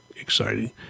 exciting